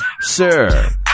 Sir